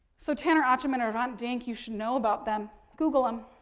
so, taner ackam and hrant dink you should know about them, google them.